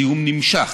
הזיהום נמשך.